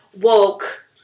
woke